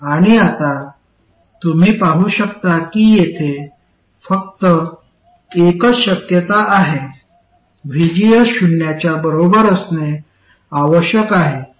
आणि आता तुम्ही पाहू शकता की येथे फक्त एकच शक्यता आहे vgs शून्याच्या बरोबर असणे आवश्यक आहे